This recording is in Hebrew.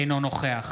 אינו נוכח